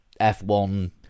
F1